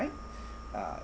uh